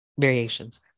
variations